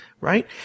right